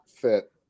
fit